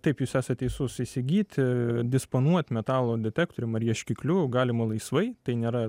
taip jūs esat teisus įsigyti disponuoti metalo detektorium ar ieškikliu galima laisvai tai nėra